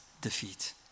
defeat